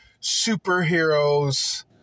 superheroes